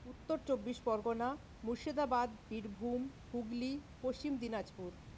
Uttar Chabbish Parganas Murshidabad Birbhum Hooghly Paschim Dinajpur